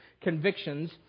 convictions